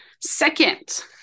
Second